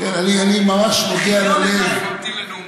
אני פה בכיליון עיניים ממתין לנאומך.